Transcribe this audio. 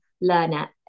learner